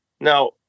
Now